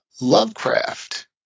Lovecraft